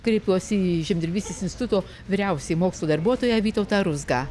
kreipiuosi į žemdirbystės instituto vyriausiąjį mokslo darbuotoją vytautą ruzgą